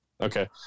Okay